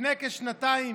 לפני כשנתיים,